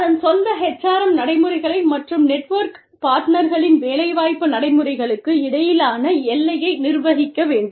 அதன் சொந்த HRM நடைமுறைகள் மற்றும் நெட்வொர்க் பார்ட்னர்களின் வேலைவாய்ப்பு நடைமுறைகளுக்கு இடையிலான எல்லையை நிர்வகிக்க வேண்டும்